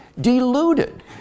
deluded